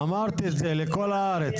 אמרת את זה, לכל הארץ.